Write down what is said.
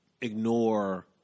ignore